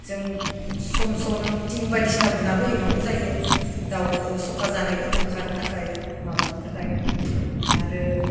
जों सम सम थिं बायदिसिना बुनानैबो हैनांगौ जायो दाउखो सखा जानायफोरखो होखारनो थाखाय माबानो थाखाय आरो